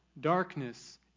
darkness